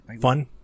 Fun